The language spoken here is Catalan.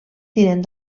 tinent